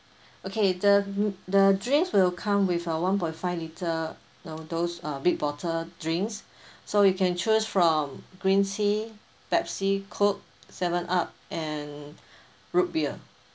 okay the the drinks will come with a one point five litre those uh big bottle drinks so you can choose from green tea pepsi coke seven up and root beer